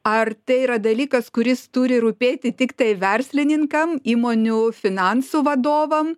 ar tai yra dalykas kuris turi rūpėti tiktai verslininkam įmonių finansų vadovam